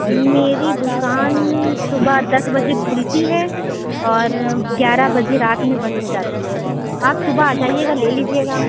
میری دُكان صُبح دس بجے كھُلتی ہے اور گیارہ بجے رات میں بند ہو جاتی ہے آپ صُبح آ جائیے گا لے لیجیے گا